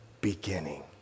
beginning